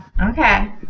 okay